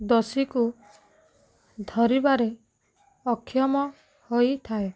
ଦୋଷୀକୁ ଧରିବାରେ ଅକ୍ଷମ ହୋଇଥାଏ